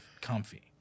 comfy